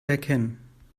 erkennen